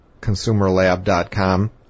consumerlab.com